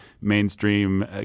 mainstream